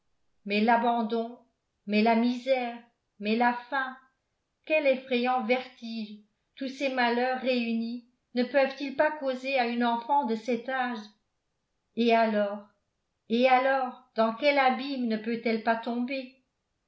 mais l'abandon mais la misère mais la faim quel effrayant vertige tous ces malheurs réunis ne peuvent-ils pas causer à une enfant de cet âge et alors et alors dans quel abîme ne peut-elle pas tomber